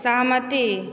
सहमति